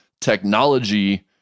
technology